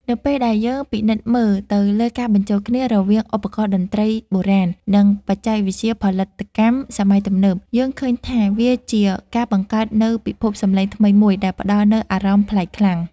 នៅពេលដែលយើងពិនិត្យមើលទៅលើការបញ្ចូលគ្នា រវាងឧបករណ៍តន្ត្រីបុរាណ និងបច្ចេកវិទ្យាផលិតកម្មសម័យទំនើប យើងឃើញថាវាជាការបង្កើតនូវពិភពសំឡេងថ្មីមួយដែលផ្តល់នូវអារម្មណ៍ប្លែកខ្លាំង។